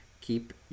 Keep